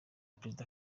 perezida